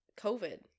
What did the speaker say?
covid